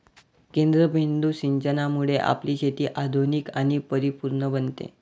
केंद्रबिंदू सिंचनामुळे आपली शेती आधुनिक आणि परिपूर्ण बनते